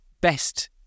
best